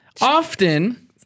often